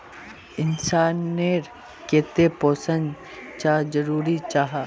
इंसान नेर केते पोषण चाँ जरूरी जाहा?